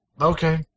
Okay